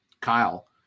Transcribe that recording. Kyle